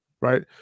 right